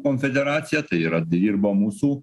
konfederacija tai yra dirbo mūsų